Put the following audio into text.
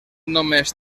només